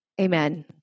Amen